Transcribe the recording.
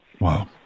Wow